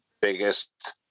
biggest